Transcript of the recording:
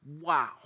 wow